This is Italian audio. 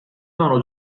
nono